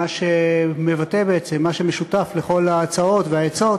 מה שמבטא בעצם שמה שמשותף לכל ההצעות והעצות